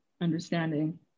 understanding